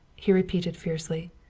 he repeated fiercely.